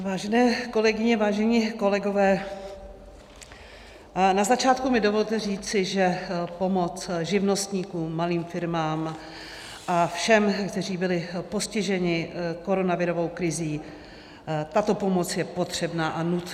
Vážené kolegyně, vážení kolegové, na začátku mi dovolte říci, že pomoc živnostníkům, malým firmám a všem, kteří byli postiženi koronavirovou krizí, tato pomoc je potřebná a nutná.